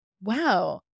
wow